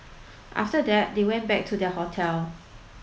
after that they went back to their hotel